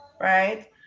right